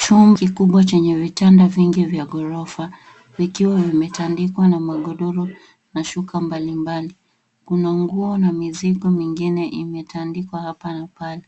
Chumba kikubwa chenye vitanda vingi vya ghorofa vikiwa vimetandikwa na magodoro na shuka mbalimbali. Kuna nguo na mizigo mingine imetandikwa hapa na pale.